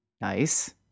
Nice